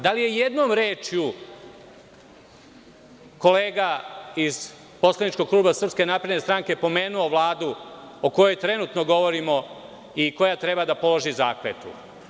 Da li je jednom rečju kolega iz poslaničkog kluba SNS pomenuo Vladu o kojoj trenutno govorimo i koja treba da položi zakletvu?